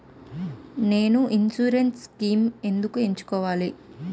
నేను insurance schemes ఎందుకు ఎంచుకోవాలి?